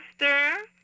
Master